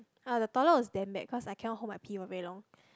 ya the toilet was damn bad cause I cannot hold my pee for very long